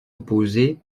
opposé